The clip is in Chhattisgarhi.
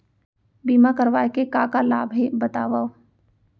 बीमा करवाय के का का लाभ हे बतावव?